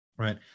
Right